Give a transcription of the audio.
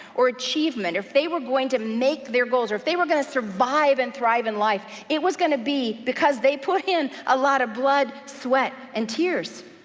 or achievement, if they were going to make their goals, or if they were gonna survive and thrive in life, it was gonna be because they put in a lot of blood, blood, sweat, and tears.